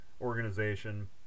organization